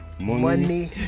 Money